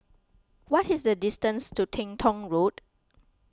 what is the distance to Teng Tong Road